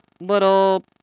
little